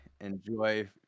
enjoy